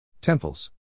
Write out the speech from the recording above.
Temples